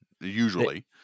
usually